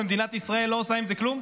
ומדינת ישראל לא עושה עם זה כלום?